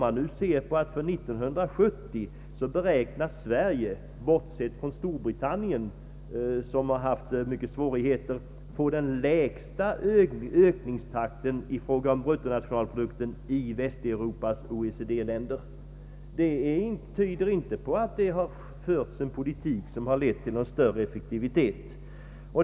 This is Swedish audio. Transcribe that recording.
Under 1970 beräknas Sverige — bortsett från Storbritannien som har haft många svårigheter — få den lägsta ökningstakten i fråga om bruttonationalprodukten i Västeuropas OECD-länder. Det tyder inte på att det har förts en politik som har lett till någon större effektivitet.